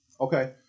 Okay